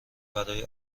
برای